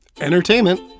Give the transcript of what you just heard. entertainment